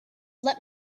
let